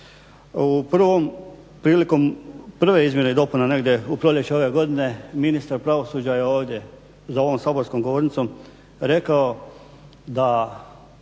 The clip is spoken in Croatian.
mijenja. Prilikom prve izmjene i dopuna negdje u proljeće ove godine ministar pravosuđa je ovdje za ovom saborskom govornicom rekao da